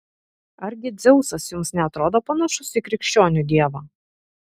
argi dzeusas jums neatrodo panašus į krikščionių dievą